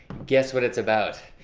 guess what it's about?